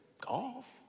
golf